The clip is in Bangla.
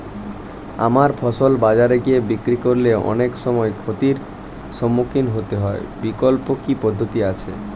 আমার ফসল বাজারে গিয়ে বিক্রি করলে অনেক সময় ক্ষতির সম্মুখীন হতে হয় বিকল্প কি পদ্ধতি আছে?